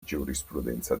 giurisprudenza